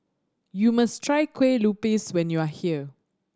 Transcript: you must try Kueh Lupis when you are here